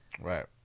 right